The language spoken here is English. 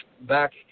back